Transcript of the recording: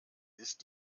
ist